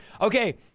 Okay